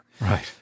Right